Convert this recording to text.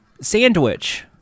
sandwich